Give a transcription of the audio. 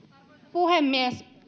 puhemies